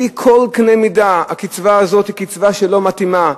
לפי כל קנה מידה, הקצבה הזאת היא קצבה שלא מתאימה,